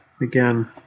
again